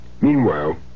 Meanwhile